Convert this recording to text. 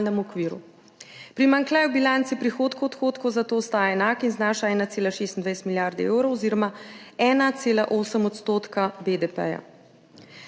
v fiskalnem okviru. Primanjkljaj v bilanci prihodkov–odhodkov zato ostaja enak in znaša 1,26 milijarde evrov oziroma 1,8 % BDP.